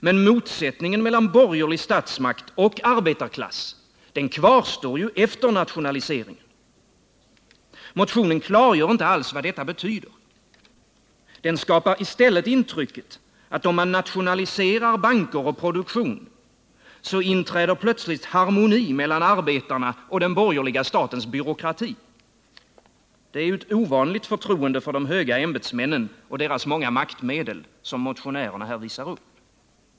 Men motsättningen mellan borgerlig statsmakt och arbetarklass kvarstår ju efter nationaliseringen. Motionen klargör inte alls vad detta betyder. Den skapar i stället intrycket av att om man nationaliserar banker och produktion, så inträder plötsligt harmoni mellan arbetarna och den borgerliga statens byråkrati. Det är ett ovanligt förtroende för de höga ämbetsmännen och deras många maktmedel som motionärerna här visar upp.